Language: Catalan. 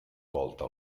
volta